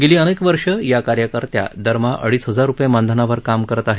गेली अनेक वर्षे या कार्यकर्त्या दरमहा अडीच हजार रूपये मानधनावर काम करत आहेत